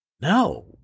No